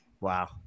Wow